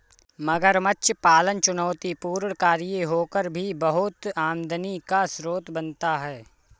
मगरमच्छ पालन चुनौतीपूर्ण कार्य होकर भी बहुत आमदनी का स्रोत बनता है